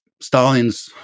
Stalin's